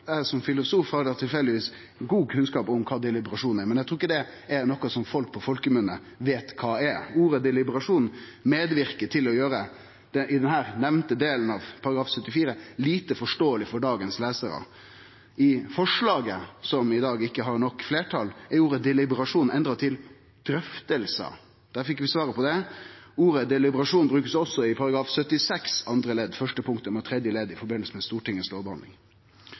er, men eg trur ikkje det er noko som folk flest veit kva er. Ordet «deliberasjon» bidrar til å gjere innhaldet i denne nemnte delen av § 74 lite forståeleg for dagens lesarar. I forslaget til endring, som i dag ikkje får fleirtal, er ordet «deliberasjon» endret til «drøftelser». Da fekk vi svaret på det. Ordet «deliberasjon» blir også brukt i § 76 andre ledd første punktum og tredje ledd i samband med